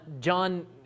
John